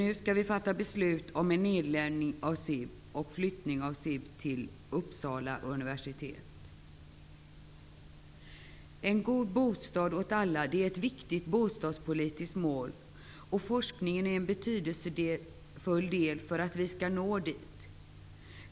Nu skall vi fatta beslut om nedläggning i En god bostad åt alla är ett viktigt bostadspolitiskt mål. Forskningen är en betydelsefull del för att vi skall nå målet.